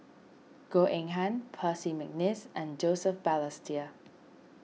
Goh Eng Han Percy McNeice and Joseph Balestier